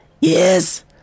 Yes